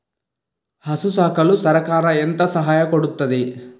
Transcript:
ಹಸು ಸಾಕಲು ಸರಕಾರ ಎಂತ ಸಹಾಯ ಕೊಡುತ್ತದೆ?